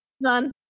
None